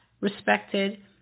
respected